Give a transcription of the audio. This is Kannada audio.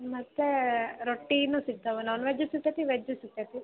ಮತ್ತು ರೊಟ್ಟಿನೂ ಸಿಗ್ತಾವೆ ನಾನ್ ವೆಜ್ಜೂ ಸಿಗ್ತತಿ ವೆಜ್ಜೂ ಸಿಗ್ತತಿ